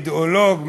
אידיאולוג,